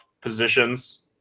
positions